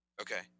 Okay